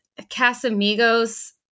Casamigos